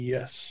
Yes